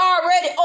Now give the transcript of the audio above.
already